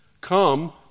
Come